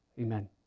Amen